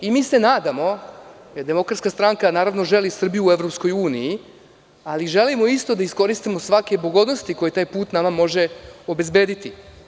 Mi se nadamo, jer DS naravno želi Srbiju u EU, ali želimo isto da iskoristimo svake pogodnosti koje taj put nama može obezbediti.